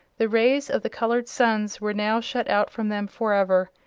the rays of the colored suns were now shut out from them forever,